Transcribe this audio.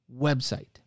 website